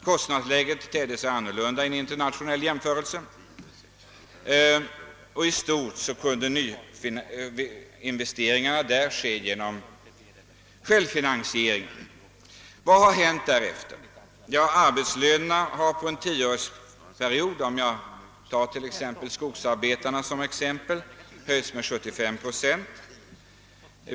Kostnadsläget ställde sig annorlunda vid en internationell jämförelse, och i stort sett kunde nyinvesteringarna då självfinansieras. Vad har hänt därefter? Arbetslönerna har på en 10-årsperiod, för att ta skogsarbetarna som exempel höjts med 75 procent.